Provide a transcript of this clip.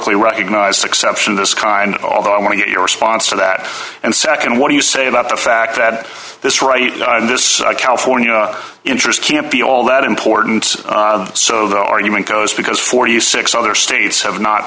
y recognized exception this kind of i want to get your response to that and nd what do you say about the fact that this right in this california interest can't be all that important so the argument goes because forty six other states have not